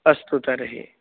अस्तु तर्हि